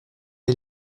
est